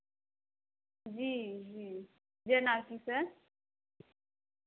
जी जी जेनाकि सर